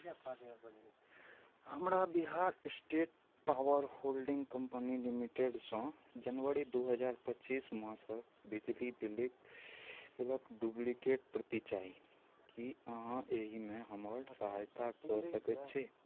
हमरा Bihar state power holding company लिमिटेडसँ जनवरी दू हजार पच्चीस मासक बिजली बिलिक बिलक डुब्लिकेट प्रति चाही की अहाँ एहिमे हमर सहायता कऽ सकैत छी